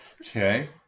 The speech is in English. Okay